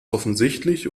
offensichtlich